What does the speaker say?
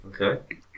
okay